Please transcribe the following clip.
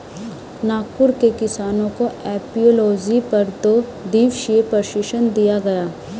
नागपुर के किसानों को एपियोलॉजी पर दो दिवसीय प्रशिक्षण दिया गया